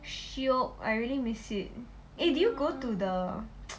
shiok I really miss it eh did you go to the